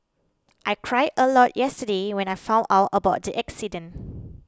I cried a lot yesterday when I found out about the accident